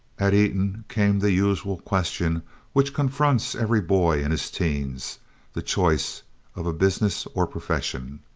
at eton came the usual question which confronts every boy in his teens the choice of a business or profession.